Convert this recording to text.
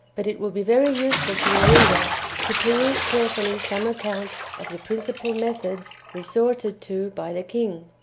but it will be very useful to the reader to peruse carefully some account of the principal methods resorted to by the king.